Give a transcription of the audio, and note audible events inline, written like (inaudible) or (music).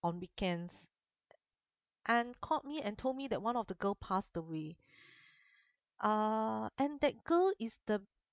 on weekends and called me and told me that one of the girl passed away (breath) uh and that girl is the